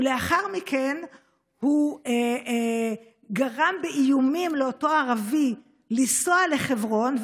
הוא גרם באיומים לאותו ערבי לנסוע לחברון,